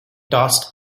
tossed